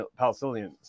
Palestinians